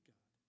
God